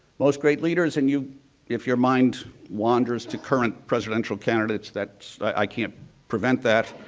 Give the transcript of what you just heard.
most great leaders, and you if your mind wanders to current presidential candidates that i can't prevent that,